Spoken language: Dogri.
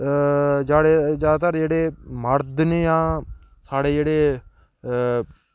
ज्यादातर जेह्ड़े मड़द न जां साढ़े जेह्ड़े